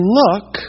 look